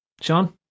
Sean